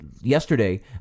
yesterday